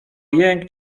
jęk